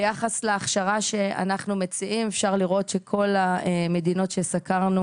ביחס להכשרה שאנחנו מציעים אפשר לראות שכל המדינות שסקרנו